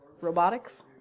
robotics